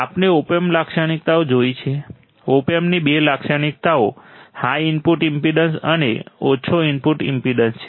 આપણે op amp લાક્ષણિકતાઓ જોઈ છે ઓપએમ્પની બે લાક્ષણિકતાઓ હાઈ ઇનપુટ ઈમ્પેડન્સ અને ઓછો આઉટપુટ ઈમ્પેડન્સ છે